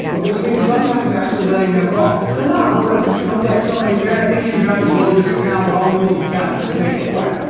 ah which means sometimes actually letting them fall. though not on purpose. you don't let somebody say, i think he's about to blow this account, but i'll lose the account to make a point.